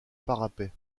parapet